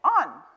on